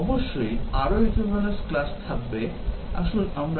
অবশ্যই আরও equivalence class থাকবে আসুন আমরা ওই গুলো দেখি